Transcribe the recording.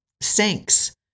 sinks